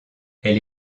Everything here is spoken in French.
elle